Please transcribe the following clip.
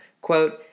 Quote